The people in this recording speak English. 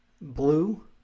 Blue